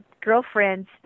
girlfriends